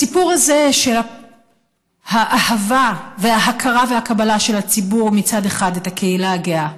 הסיפור הזה של האהבה וההכרה והקבלה של הציבור מצד אחד את הקהילה הגאה,